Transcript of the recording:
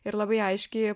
ir labai aiškiai